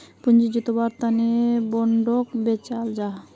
पूँजी जुत्वार तने बोंडोक बेचाल जाहा